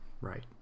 right